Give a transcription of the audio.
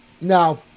Now